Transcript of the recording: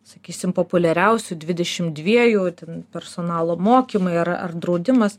sakysim populiariausių dvidešimt dviejų ten personalo mokymai ar ar draudimas